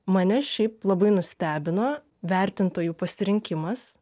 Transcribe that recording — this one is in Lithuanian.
mane šiaip labai nustebino vertintojų pasirinkimas